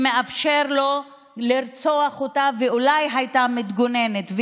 בתחום שמאפשר לו לרצוח אותה, ואולי הייתה מתגוננת.